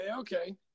okay